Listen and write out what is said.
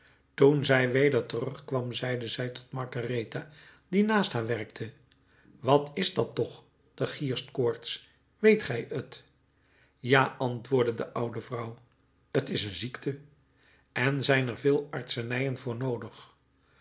toen zij weder terugkwam zeide zij tot margaretha die naast haar werkte wat is dat toch de gierstkoorts weet gij t ja antwoordde de oude vrouw t is een ziekte en zijn er veel artsenijen voor noodig